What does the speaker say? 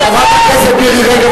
חברת הכנסת מירי רגב,